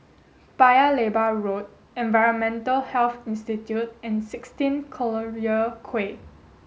Paya Lebar Road Environmental Health Institute and sixteen Collyer Quay